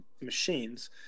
machines